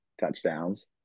touchdowns